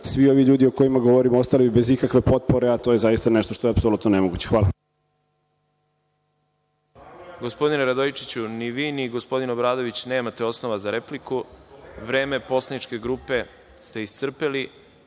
svi ovi ljudi o kojima govorimo ostali bi bez ikakve potpore, a to je zaista nešto što je apsolutno nemoguće. Hvala.